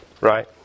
right